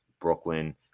Brooklyn